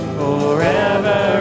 forever